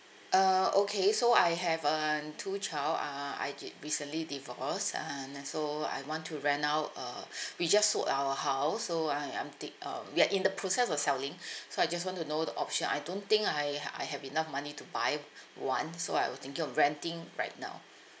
uh okay so I have um two child ah I re~ recently divorced um and so I want to rent out uh we just sold our house so I I'm think um we're in the process of selling so I just want to know the option I don't think I I have enough money to buy one so I was thinking of renting right now